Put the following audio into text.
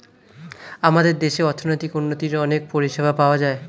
আমাদের দেশে অর্থনৈতিক উন্নতির অনেক পরিষেবা পাওয়া যায়